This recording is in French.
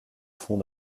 fond